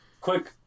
quick